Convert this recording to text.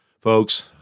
Folks